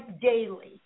daily